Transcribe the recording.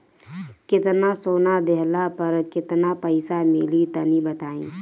केतना सोना देहला पर केतना पईसा मिली तनि बताई?